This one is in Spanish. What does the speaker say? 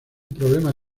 problema